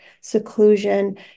seclusion